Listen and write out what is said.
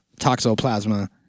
toxoplasma